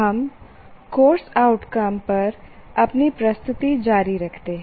हम course outcome पर अपनी प्रस्तुति जारी रखते हैं